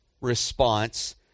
response